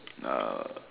uh